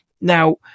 Now